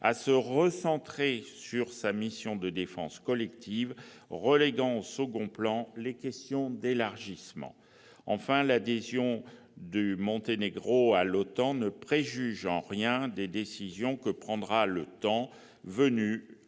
à se recentrer sur sa mission de défense collective, reléguant au second plan les questions d'élargissement. Enfin, l'adhésion du Monténégro à l'OTAN ne préjuge en rien des décisions que prendra, le moment venu, l'Union